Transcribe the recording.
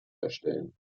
erstellen